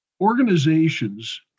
organizations